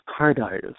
carditis